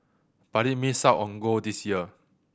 but it missed out on gold this year